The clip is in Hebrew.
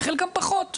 וחלקם פחות.